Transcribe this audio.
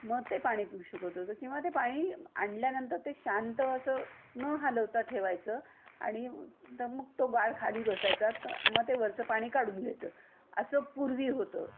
मग ते पाणी पिऊ शकत होतो किंवा ते पाणी आणल्यानंतर ते शांत असं न हालवता ठेवायचं आणि तर मग तो गाळ खाली बसायचा तर मग ते वरचं पाणी काढून घ्यायचं असं पूर्वी होतं